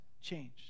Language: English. changed